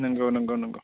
नोंगौ नोंगौ नोंगौ